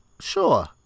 Sure